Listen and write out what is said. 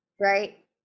right